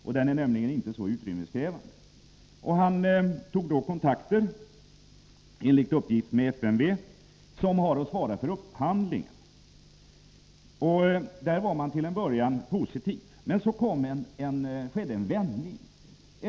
En sådan är nämligen inte så utrymmeskrävande. Han tog då kontakter, enligt uppgift med FMV, som har att svara för upphandling. Där var man till en början positiv. Men så skedde en vändning.